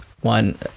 one